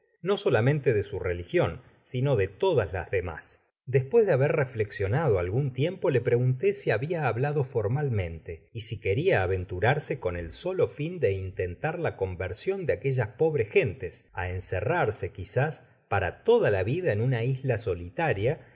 no solamente de su religion sino de todas las demás despues de haber reflexionado algun tiempo le pregunté si hábia hablado formalmente y si queria aventurarse con el solo fin de intentar la conversion de aquellas pobres gentes á enoerrarse quizás para toda la vida en una isla solitaria